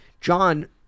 John